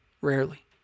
Rarely